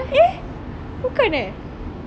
eh bukan eh